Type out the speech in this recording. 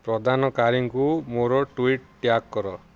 ପ୍ରଦାନକାରୀଙ୍କୁ ମୋର tweet tag କର